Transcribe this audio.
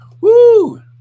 Woo